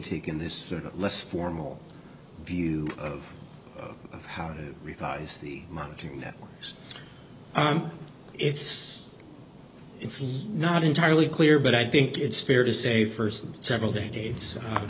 taken this less formal view of how to revise the marketing that it's it's not entirely clear but i think it's fair to say first several decades